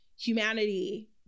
humanity